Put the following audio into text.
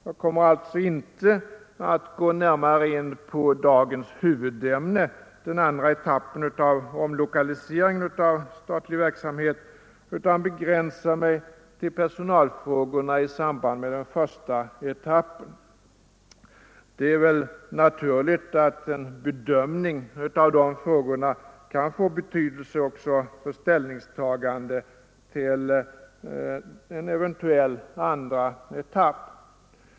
Jag kommer alltså inte att närmare gå in på dagens huvudämne, den andra etappen av omlokaliseringen av statlig verksamhet, utan begränsa mig till personalfrågorna i samband med den första etappen. Det är väl naturligt att en bedömning av de frågorna kan få betydelse också för ställningstagandet till en eventuell andra etapp.